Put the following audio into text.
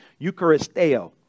Eucharisteo